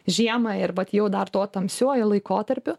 žiemą ir vat jau dar to tamsiuoju laikotarpiu